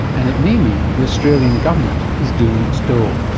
and it may mean the australian government is doing its dough.